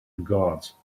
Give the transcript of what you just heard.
guards